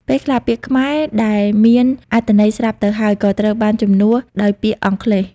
ពេលខ្លះ ពាក្យខ្មែរដែលមានអត្ថន័យស្រាប់ទៅហើយ ក៏ត្រូវបានជំនួសដោយពាក្យអង់គ្លេស។